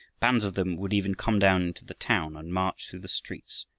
bands of them would even come down into the town and march through the streets,